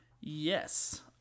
Yes